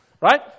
Right